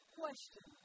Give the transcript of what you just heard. question